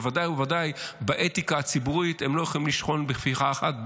בוודאי ובוודאי באתיקה הציבורית הם לא יכולים לשכון בכפיפה אחת,